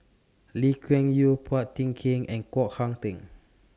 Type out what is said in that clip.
Lee Kuan Yew Phua Thin Kiay and Koh Hong Teng